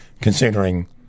considering